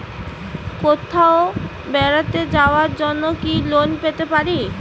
কোথাও বেড়াতে যাওয়ার জন্য কি লোন পেতে পারি?